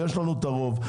יש לנו את הרוב.